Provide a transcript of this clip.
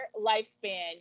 lifespan